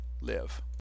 live